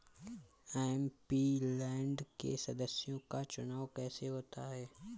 MP land के सदस्यों का चुनाव कैसे होता है?